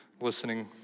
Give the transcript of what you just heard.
listening